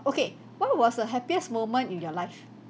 okay what was the happiest moment in your life